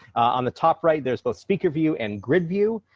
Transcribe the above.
on the top right, there's both speaker view and grid view.